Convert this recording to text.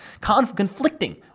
conflicting